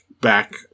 back